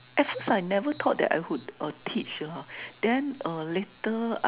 at first I never thought that I would uh teach hor then uh later I